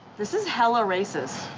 this is hella racist.